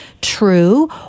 true